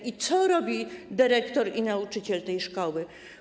I co robią dyrektor i nauczyciel tej szkoły?